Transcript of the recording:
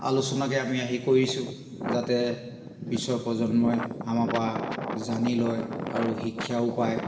আলোচনাকে আমি আহি কৰিছোঁ যাতে পিছৰ প্ৰজন্মই আমাৰ পৰা জানি লয় আৰু শিক্ষাও পায়